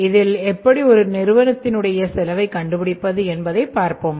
இதில் எப்படி ஒரு நிறுவனத்தினுடைய செலவை கண்டுபிடிப்பது என்பதை பார்ப்போம்